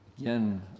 again